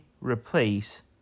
replace